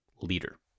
leader